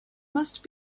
must